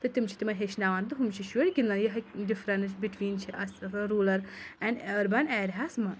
تہٕ تِم چھِ تِمَن ہیٚچھناوان تہٕ ہُم چھِ شُرۍ گِنٛدان یہِ ڈِفرَنٕس بِٹویٖن چھِ اَسہِ روٗلَر اَیٚنٛڈ أربَن اَیٚریَاہَس منٛز